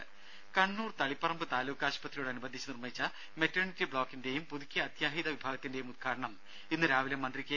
ദരദ കണ്ണൂർ തളിപ്പറമ്പ് താലൂക്ക് ആശുപത്രിയോടനുബന്ധിച്ച് നിർമ്മിച്ച മെറ്റേർണിറ്റി ബ്ലോക്കിന്റെയും പുതുക്കിയ അത്യാഹിത വിഭാഗത്തിന്റെയും ഉദ്ഘാടനം ഇന്ന് രാവിലെ മന്ത്രി കെ